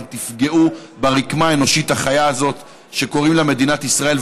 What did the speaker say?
אתם תפגעו ברקמה האנושית החיה הזאת שקוראים לה מדינת ישראל.